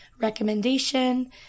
recommendation